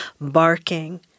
barking